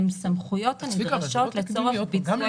הן סמכויות המבוקשות לצורך ביצוע תפקידיה.